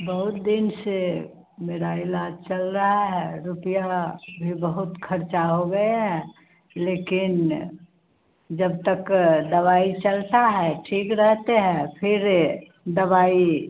बहुत दिन से मेरा इलाज चल रहा है रुपया भी बहुत खर्चा हो गया है लेकिन जब तक दवाई चलता है ठीक रहते हैं फ़िर दवाई